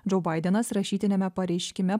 džau baidenas rašytiniame pareiškime